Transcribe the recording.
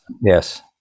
Yes